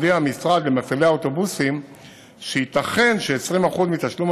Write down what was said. הודיע המשרד למפעילי האוטובוסים שייתכן ש-20% מתשלום